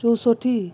ଚଉଷଠି